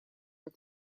как